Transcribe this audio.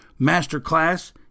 masterclass